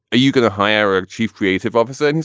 you going to hire a chief creative officer? he's